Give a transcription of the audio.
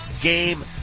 game